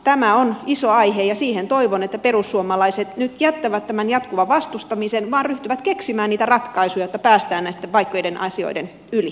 tämä on iso aihe ja toivon että perussuomalaiset nyt jättävät tämän jatkuvan vastustamisen ja ryhtyvät keksimään niitä ratkaisuja että päästään näiden vaikeiden asioiden yli